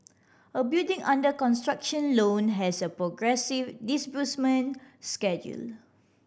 a building under construction loan has a progressive disbursement schedule